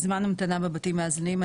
זמן המתנה בבתים מאזנים.